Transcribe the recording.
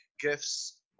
gifts